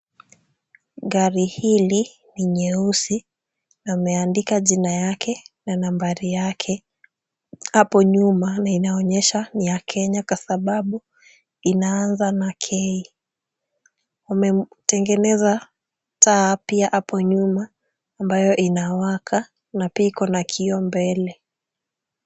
Gari hili ni nyeusi na imeandika jina yake na nambari yake, hapo nyuma na inaonyesha ni ya Kenya kwa sababu inaanza na K .Wamemtengeneza taa pia hapo nyuma, ambayo inawaka na pia iko na kioo hapo mbele.